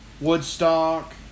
Woodstock